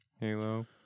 Halo